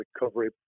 recovery